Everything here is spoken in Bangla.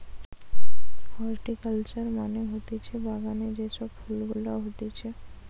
হরটিকালচার মানে হতিছে বাগানে যে সব ফুল গুলা হতিছে